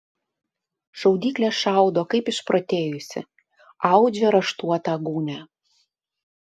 šaudyklė šaudo kaip išprotėjusi audžia raštuotą gūnią